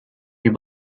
you